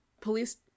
police